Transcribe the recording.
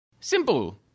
Simple